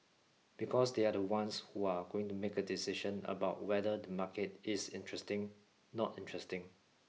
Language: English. because they are the ones who are going to make a decision about whether the market is interesting not interesting